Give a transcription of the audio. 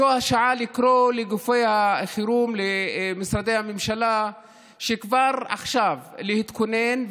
זו השעה לקרוא לגופי החירום ולמשרדי הממשלה כבר עכשיו להתכונן,